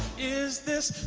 is this